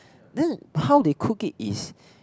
then how they cook it is